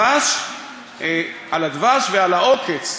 על הדבש ועל העוקץ,